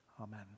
Amen